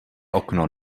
okno